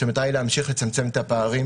כשהמטרה היא להמשיך לצמצם את הפערים